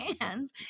hands